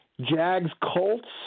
Jags-Colts